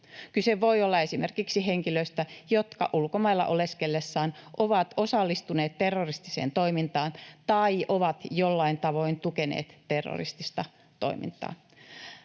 Kyse voi olla esimerkiksi henkilöistä, jotka ulkomailla oleskellessaan ovat osallistuneet terroristiseen toimintaan tai ovat jollain tavoin tukeneet terroristista toimintaa.